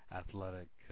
athletic